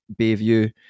Bayview